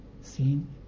seen